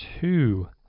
two